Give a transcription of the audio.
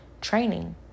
training